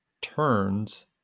turns